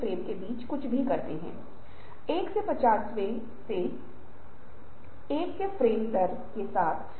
या यदि कुछ नहीं होता है तो प्रतिरोधों से निपटने के लिए कुछ मात्रा में स्पष्ट या निहित जबरदस्ती की आवश्यकता होती है